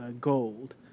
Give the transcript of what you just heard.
gold